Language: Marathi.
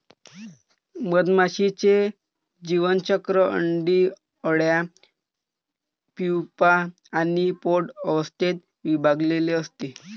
मधमाशीचे जीवनचक्र अंडी, अळ्या, प्यूपा आणि प्रौढ अवस्थेत विभागलेले असते